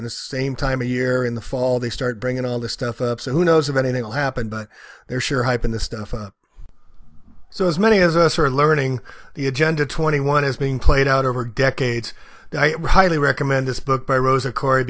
in the same time a year in the fall they start bringing all this stuff up so who knows if anything will happen but there sure hype in the stuff so as many as us are learning the agenda twenty one is being played out over decades highly recommend this book by rosa cor